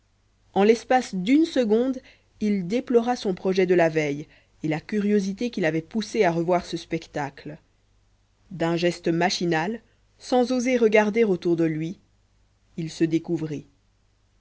en l'espace d'une seconde il déplora son projet de la veille et la curiosité qui l'avait poussé à revoir ce spectacle d'un geste machinal sans oser regarder autour de lui il se découvrit